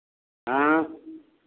हाँ